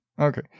okay